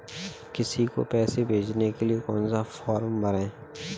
किसी को पैसे भेजने के लिए कौन सा फॉर्म भरें?